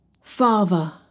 Father